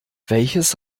welches